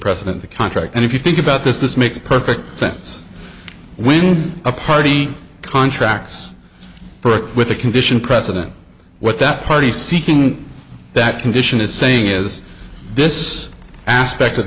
precedent to contract and if you think about this this makes perfect sense when a party contracts for it with a condition precedent what that party seeking that condition is saying is this aspect of the